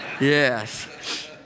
Yes